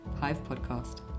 HivePodcast